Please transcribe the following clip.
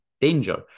danger